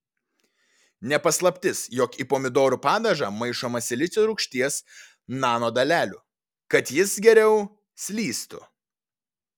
ne paslaptis jog į pomidorų padažą maišoma silicio rūgšties nanodalelių kad jis geriau slystų